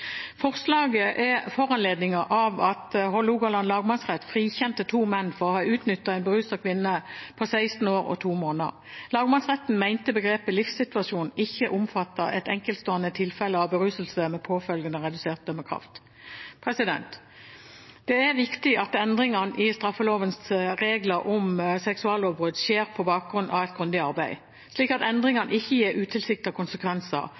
Forslaget er foranlediget av at Hålogaland lagmannsrett frikjente to menn for å ha utnyttet en beruset kvinne på 16 år og 2 måneder. Lagmannsretten mente begrepet livssituasjon ikke omfattet et enkeltstående tilfelle av beruselse med påfølgende redusert dømmekraft. Det er viktig at endringer i straffelovens regler om seksuallovbrudd skjer på bakgrunn av et grundig arbeid, slik at endringene ikke gir utilsiktede konsekvenser,